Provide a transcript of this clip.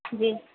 جی